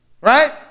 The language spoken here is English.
right